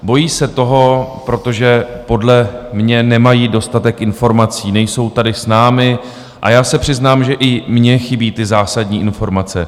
Bojí se toho, protože podle mě nemají dostatek informací, nejsou tady s námi, a já se přiznám, že i mně chybí ty zásadní informace.